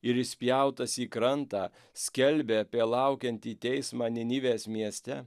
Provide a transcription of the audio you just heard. ir išspjautas į krantą skelbė apie laukiantį teismą nenivės mieste